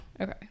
Okay